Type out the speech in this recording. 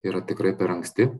yra tikrai per anksti